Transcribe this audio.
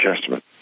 Testament